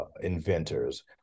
inventors